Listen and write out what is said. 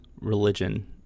religion